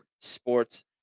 sports